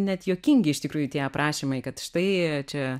net juokingi iš tikrųjų tie aprašymai kad štai čia